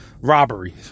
robberies